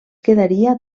quedaria